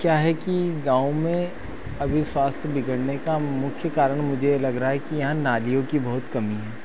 क्या है कि गाँव में अभी स्वास्थ बिगड़ने का मुख्य कारण मुझे लग रहा है कि यहाँ नालियों की बहुत कमी हैं